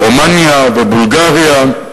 רומניה ובולגריה.